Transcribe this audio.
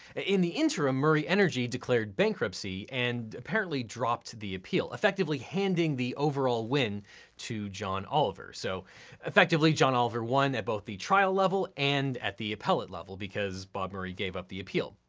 in the interim, murray energy declared bankruptcy and apparently dropped the appeal, effectively handing the overall win to john oliver. so effectively, john oliver won at both the trial level and at the appellate level because bob murray gave up the appeal.